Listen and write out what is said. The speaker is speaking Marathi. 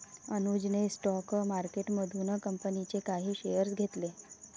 अनुजने स्टॉक मार्केटमधून कंपनीचे काही शेअर्स घेतले